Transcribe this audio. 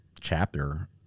chapter